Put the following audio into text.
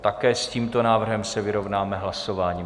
Také s tímto návrhem se vyrovnáme hlasováním.